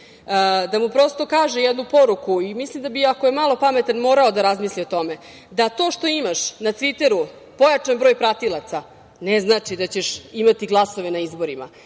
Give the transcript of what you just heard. da mu prosto kaže jednu poruku i mislim da bi, ako je malo pametan morao da razmisli o tome - da to što imaš na tviteru pojačan broj pratilaca ne znači da ćeš imati glasove na izborima